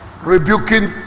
rebuking